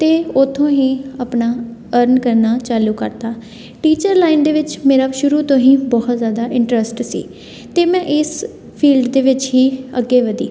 ਅਤੇ ਉਥੋਂ ਹੀ ਆਪਣਾ ਅਰਨ ਕਰਨਾ ਚਾਲੂ ਕਰਤਾ ਟੀਚਰ ਲਾਈਨ ਦੇ ਵਿੱਚ ਮੇਰਾ ਸ਼ੁਰੂ ਤੋਂ ਹੀ ਬਹੁਤ ਜ਼ਿਆਦਾ ਇੰਟਰਸਟ ਸੀ ਅਤੇ ਮੈਂ ਇਸ ਫੀਲਡ ਦੇ ਵਿੱਚ ਹੀ ਅੱਗੇ ਵਧੀ